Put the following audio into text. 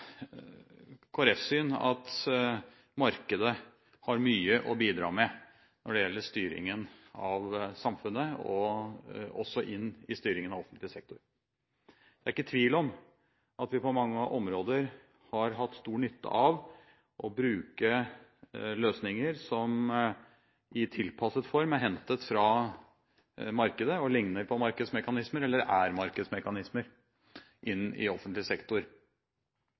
syn at markedet har mye å bidra med når det gjelder styringen av samfunnet, og også inn i styringen av offentlig sektor. Det er ikke tvil om at vi på mange områder har hatt stor nytte av å bruke løsninger som i tilpasset form er hentet fra markedet og ligner på markedsmekanismer eller er markedsmekanismer, inn i offentlig sektor.